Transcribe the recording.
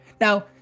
Now